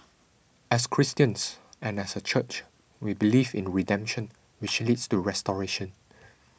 as Christians and as a church we believe in redemption which leads to restoration